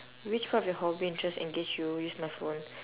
which part of your hobby interest engage you use my phone